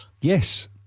Yes